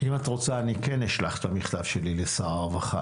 אם את רוצה אני כן אשלח את המכתב שלי לשר הרווחה.